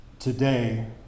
today